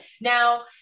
Now